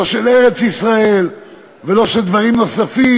לא של ארץ-ישראל ולא של דברים נוספים,